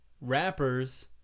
rappers